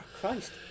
Christ